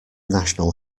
national